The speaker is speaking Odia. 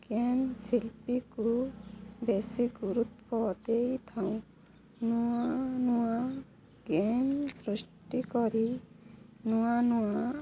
କେମ୍ ଶିଲ୍ପୀକୁ ବେଶୀ ଗୁରୁତ୍ୱ ଦେଇଥାଉଁ ନୂଆ ନୂଆ କେମ୍ ସୃଷ୍ଟି କରି ନୂଆ ନୂଆ